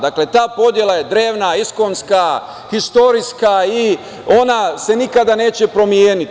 Dakle, ta podela je drevna, iskonska, istorijska i ona se nikada neće promeniti.